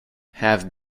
have